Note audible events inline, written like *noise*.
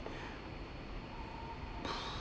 *noise*